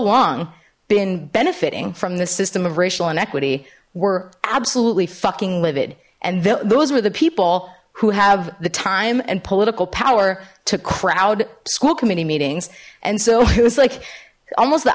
long been benefiting from this system of racial inequity were absolutely fucking livid and those were the people who have the time and political power to crowd school committee meetings and so it was like almost the